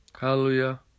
hallelujah